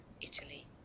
Italy